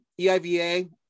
EIVA